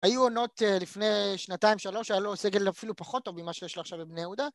היו עונות לפני שנתיים שלוש שהיה לו סגל אפילו פחות טוב ממה שיש לה עכשיו בבני יהודה